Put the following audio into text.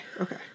okay